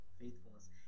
faithfulness